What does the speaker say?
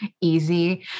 easy